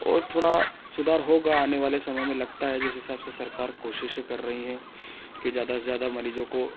और थोड़ा सुधार होगा आने वाले समय में लगता है जिस हिसाब से सरकार कोशिशें कर रही हैं कि ज्यादा से ज्यादा मरीजों को